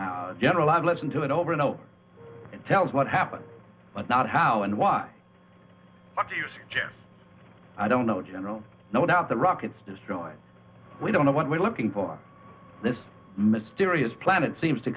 you general i've listened to it over know tells what happened and not how and why i don't know general no doubt the rockets destroyed we don't know what we're looking for this mysterious planet seems to